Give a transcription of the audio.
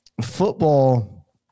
football